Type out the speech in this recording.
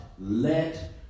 let